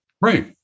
Right